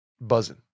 buzzing